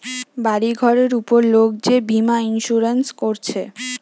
বাড়ি ঘরের উপর লোক যে বীমা ইন্সুরেন্স কোরছে